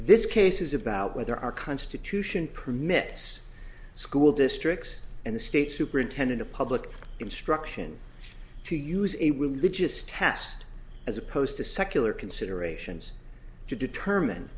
this case is about whether our constitution permits school districts and the state superintendent of public instruction to use a religious test as opposed to secular considerations to determine